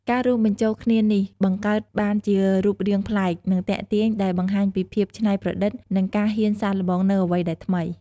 ការរួមបញ្ចូលគ្នានេះបង្កើតបានជារូបរាងប្លែក និងទាក់ទាញដែលបង្ហាញពីភាពច្នៃប្រឌិត និងការហ៊ានសាកល្បងនូវអ្វីដែលថ្មី។